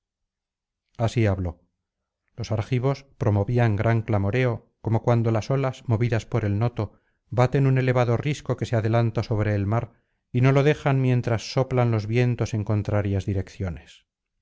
así habló los argivos promovían gran clamoreo como cuando las olas movidas por el noto baten un elevado risco que se adelanta sobre el mar y no lo dejan mientras soplan los vientos en contrarias direcciones